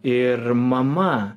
ir mama